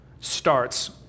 starts